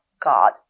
God